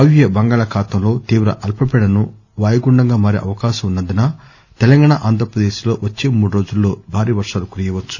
వాయువ్య బంగాళాఖాతంలో తీవ్ర అల్పపీడనం వాయుగుండంగా మారే అవకాశం ఉన్న ందున తెలంగాణా ఆంధ్రప్రదేశ్ ల్లో వచ్చే మూడు రోజుల్లో భారీ వర్షాలు కురియవచ్చు